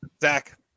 Zach